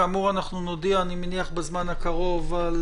כאמור אנחנו נודיע, אני מניח, בזמן הקרוב על